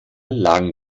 lagen